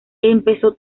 empezó